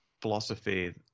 philosophy